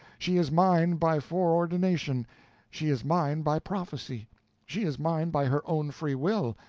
she is mine by foreordination she is mine by prophesy she is mine by her own free will,